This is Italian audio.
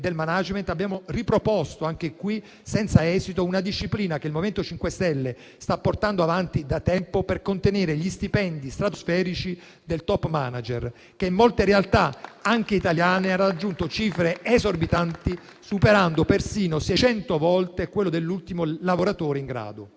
del *management* abbiamo riproposto, anche qui senza esito, una disciplina che il MoVimento 5 Stelle sta portando avanti da tempo per contenere gli stipendi stratosferici dei *top manager*, che in molte realtà, anche italiane, ha raggiunto cifre esorbitanti, superando persino di 600 volte quelli dell'ultimo lavoratore in grado.